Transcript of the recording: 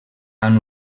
han